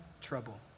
trouble